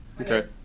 Okay